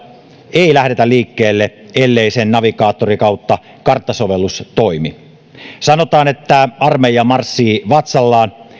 ei lähdetä liikkeelle ellei sen navigaattori karttasovellus toimi sanotaan että armeija marssii vatsallaan